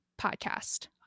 Podcast